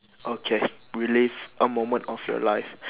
okay relive a moment of your life